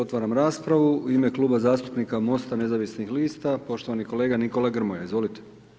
Otvaram raspravu u ime Kluba zastupnika MOST-a nezavisnih lista, poštovani kolega Nikola Grmoja, izvolite.